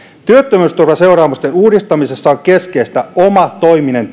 työttömyysturvan seuraamusten uudistamisessa on keskeistä omatoiminen